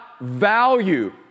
value